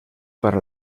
para